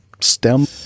stem